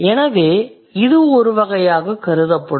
எனவே இது ஒரு வகையாகக் கருதப்படும்